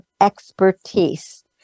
expertise